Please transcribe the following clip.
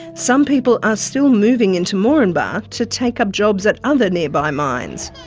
some people are still moving into moranbah to take up jobs at other nearby mines.